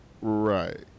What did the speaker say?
Right